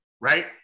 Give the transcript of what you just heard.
right